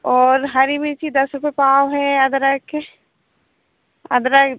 और हरी मिर्ची दस रुपए पाव हैं अदरक अदरक